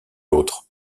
l’autre